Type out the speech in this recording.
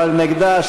אבל נגדה,